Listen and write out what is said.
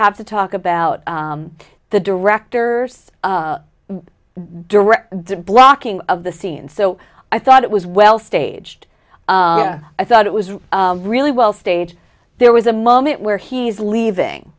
have to talk about the director director blocking of the scene so i thought it was well staged i thought it was really well stage there was a moment where he's leaving